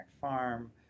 farm